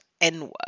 N-word